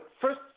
First